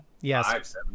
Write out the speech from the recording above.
yes